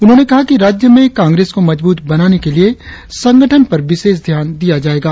उन्होंने कहा कि राज्य में कांग्रेस को मजबूत बनाने के लिए संगठन पर विशेष ध्यान दिया जायेगा